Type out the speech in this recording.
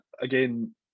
again